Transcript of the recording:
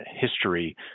history